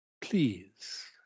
please